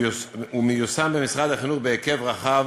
המיושם במשרד החינוך בהיקף רחב,